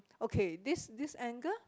okay this this angle